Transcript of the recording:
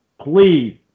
Please